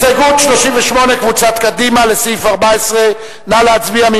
הסתייגות 38, קבוצת קדימה, לסעיף 14, נא להצביע.